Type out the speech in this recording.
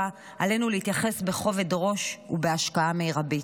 עלינו להתייחס בכובד ראש ובהשקעה מרבית.